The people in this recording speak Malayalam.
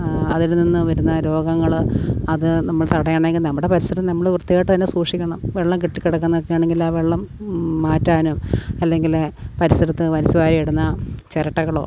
അതിൽ നിന്ന് വരുന്ന രോഗങ്ങൾ അത് നമ്മൾ തടയണയമെങ്കിൽ നമ്മുടെ പരിസരം നമ്മൾ വൃത്തിയായിട്ട് തന്നെ സൂക്ഷിക്കണം വെള്ളം കെട്ടിക്കിടക്കുന്നതൊക്കെയാണെങ്കിൽ ആ വെള്ളം മാറ്റാനും അല്ലെങ്കിൽ പരിസരത്ത് വലിച്ചുവാരി ഇടുന്ന ചിരട്ടകളോ